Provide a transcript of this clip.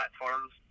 platforms